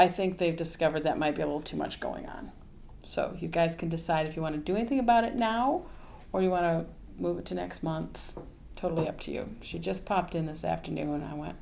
i think they've discovered that might be able to much going on so you guys can decide if you want to do anything about it now or you want to move it to next month totally up to you she just popped in this afternoon when i went